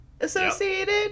associated